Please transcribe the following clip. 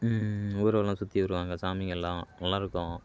ஊர்வலம் சுற்றி வருவாங்கள் சாமிங்கெல்லாம் நல்லாயிருக்கும்